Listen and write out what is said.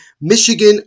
Michigan